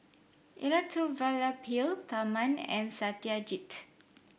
Elattuvalapil Tharman and Satyajit